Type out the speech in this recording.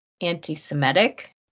anti-semitic